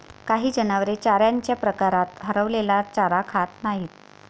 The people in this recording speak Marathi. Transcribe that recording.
काही जनावरे चाऱ्याच्या प्रकारात हरवलेला चारा खात नाहीत